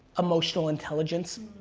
emotional intelligence.